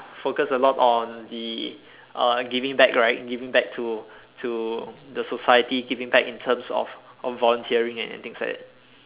focus a lot on the uh giving back right giving back to to the society giving back in terms of volunteering and things like that